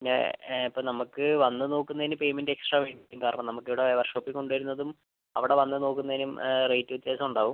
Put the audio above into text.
ഇപ്പോൾ നമുക്ക് വന്ന് നോക്കുന്നേന് പേയ്മെൻറ്റ് എക്സ്ട്രാ വേണ്ടി വരും കാരണം നമുക്ക് ഇവിടെ വർക്ക് ഷോപ്പിൽ കൊണ്ട് വരുന്നതും അവിടെ വന്ന് നോക്കുന്നേനും റേറ്റ് വ്യത്യാസം ഉണ്ടാവും